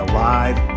Alive